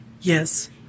Yes